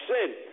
sin